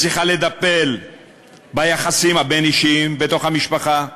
וצריכה לטפל ביחסים הבין-אישיים בתוך המשפחה,